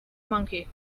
monkey